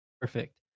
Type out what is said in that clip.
Perfect